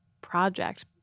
project